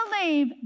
believe